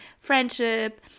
friendship